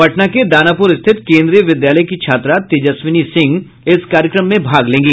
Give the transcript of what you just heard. पटना के दानापुर स्थित केंद्रीय विद्यालय की छात्रा तेजस्विनी सिंह इस कार्यक्रम में भाग लेंगी